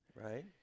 Right